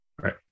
right